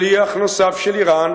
שליח נוסף של אירן